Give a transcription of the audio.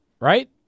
right